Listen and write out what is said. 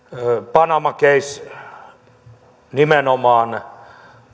panama case nimenomaan